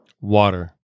Water